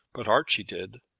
but archie did.